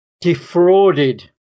defrauded